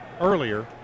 earlier